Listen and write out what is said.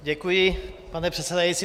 Děkuji, pane předsedající.